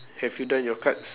have you done your cards